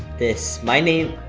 this, my name.